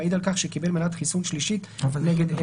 המעיד על כך שקיבל מנת חיסון שלישית נגד nCov".